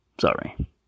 sorry